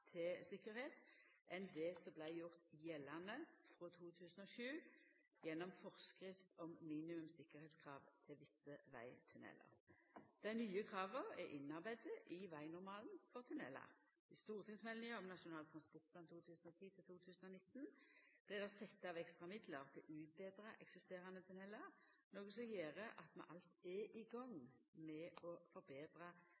til tryggleik enn det som vart gjort gjeldande frå 2007 gjennom «Forskrift om minimum sikkerhetskrav til visse vegtunneler». Dei nye krava er innarbeidde i vegnormalen for tunnelar. I stortingsmeldinga om Nasjonal transportplan for 2010–2019 vart det sett av ekstra midlar til å utbetra eksisterande tunnelar, noko som gjer at vi alt er i